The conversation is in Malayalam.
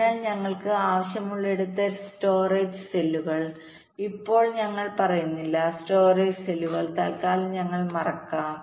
അതിനാൽ ഞങ്ങൾക്ക് ആവശ്യമുള്ളിടത്ത് സ്റ്റോറേജ് സെല്ലുകൾ പക്ഷേ ഇപ്പോൾ ഞങ്ങൾ പറയുന്നില്ല സ്റ്റോറേജ് സെല്ലുകൾതൽക്കാലം നിങ്ങൾ മറക്കും